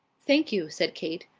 thank you, said kate.